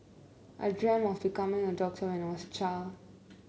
I dreamt of becoming a doctor when I was a child